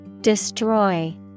Destroy